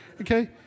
Okay